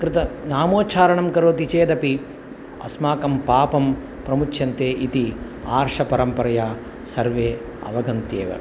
कृतं नामोच्चारणं करोति चेदपि अस्माकं पापं प्रमुच्यन्ते इति आर्षपरम्परया सर्वे अवगन्त्येव